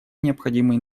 необходимые